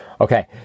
Okay